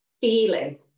feeling